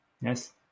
Yes